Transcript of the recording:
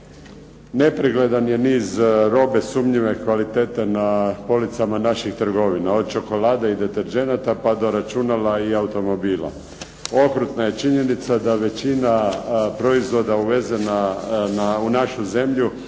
Nepregledan je niz robe sumnjive kvalitete na policama naših trgovina, od čokolade i deterdženata pa do računala i automobila. Okrutna je činjenica da većina proizvoda uvezena u našu zemlju